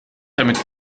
damit